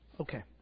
okay